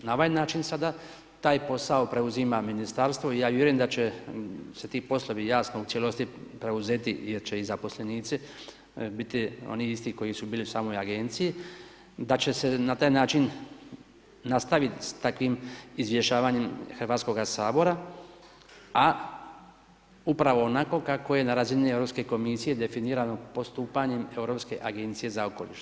Na ovaj način sada taj posao preuzima ministarstvo i ja vjerujem da će se ti poslovi jasno u cijelosti preuzeti jer će i zaposlenici biti oni isti koji su bili u samoj agenciji, da će se na takav način nastaviti s takvim izvještavanjem Hrvatskoga sabora a upravo onako kako je na razini Europske Komisije definirano postupanjem Europske agencije za okoliš.